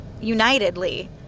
unitedly